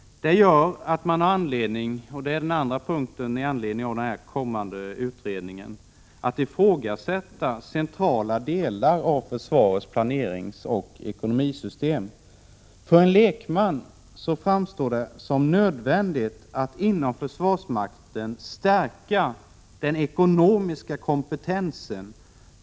Det gör att man har anledning — det är en av punkterna i anledning av den kommande Prot. 1986/87:133 utredningen — att ifrågasätta centrala delar av försvarets planeringsoch 1 juni 1987 ekonomisystem. För en lekman framstår det som nödvändigt att inom försvarsmakten stärka den ekonomiska kompetensen.